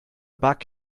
bug